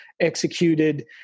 executed